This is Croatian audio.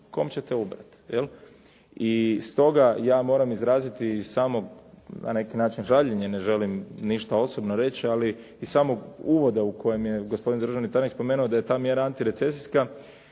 kom ćete ubrat, jel. I stoga ja moram izraziti samo na neki način žaljenje, ne želim ništa osobno reći, ali iz samog uvoda u kojem je gospodin državni tajnik spomenuo da je ta mjera antirecesijska,